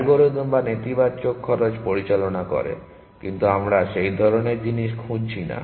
algorithm যা নেতিবাচক খরচ পরিচালনা করে কিন্তু আমরা সেই ধরনের জিনিস খুঁজছি না